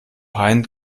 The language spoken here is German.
hein